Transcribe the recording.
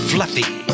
Fluffy